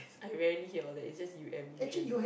I rarely hear all that it's just U_M usually